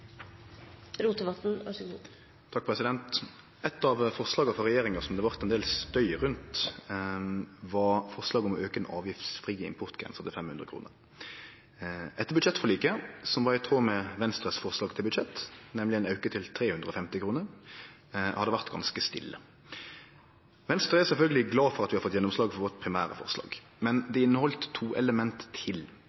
av forslaga frå regjeringa som det vart ein del støy rundt, var forslaget om å auke den avgiftsfrie importgrensa til 500 kr. Etter budsjettforliket, som var i tråd med Venstre sitt forslag til budsjett, nemleg ein auke til 350 kr, har det vore ganske stille. Venstre er sjølvsagt glad for at vi har fått gjennomslag for vårt primære forslag, men